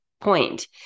point